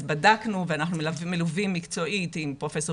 אז בדקנו ואנחנו מלווים מקצועית עם פרופסור